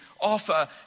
offer